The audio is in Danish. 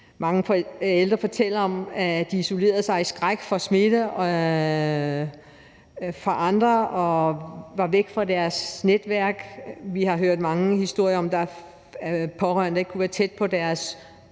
Mange ældre fortæller om, at de isolerede sig i skræk for smitte fra andre, og at de var væk fra deres netværk, og vi har hørt mange historier om pårørende, der ikke kunne være tæt på deres